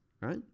right